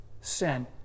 sin